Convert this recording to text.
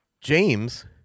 James